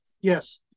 Yes